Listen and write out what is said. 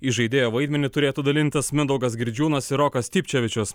įžaidėjo vaidmenį turėtų dalintis mindaugas girdžiūnas ir rokas typčevičius